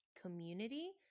community